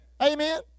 Amen